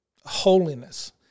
holiness